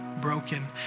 broken